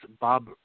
Bob